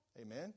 Amen